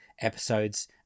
episodes